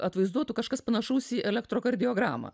atvaizduotų kažkas panašaus į elektrokardiogramą